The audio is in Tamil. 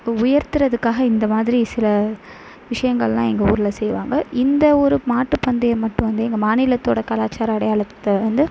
உயர்த்துறதுக்காக இந்த மாதிரி சில விஷியங்கள்லாம் எங்கள் ஊரில் செய்வாங்க இந்த ஊர் மாட்டு பந்தயம் அப்போ வந்து எங்கள் மாநிலத்தோட கலாச்சார அடையாளத்தை வந்து